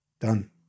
Done